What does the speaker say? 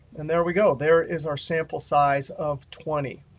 and there we go. there is our sample size of twenty.